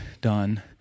done